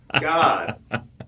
God